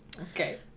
Okay